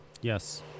Yes